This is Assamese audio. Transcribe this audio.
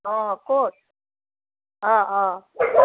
অঁ ক'ত অঁ অঁ